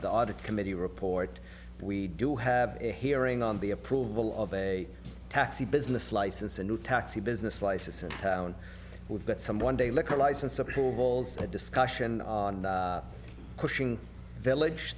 the audit committee report we do have a hearing on the approval of a taxi business license a new taxi business license and we've got some one day liquor license approvals a discussion on pushing village